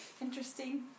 interesting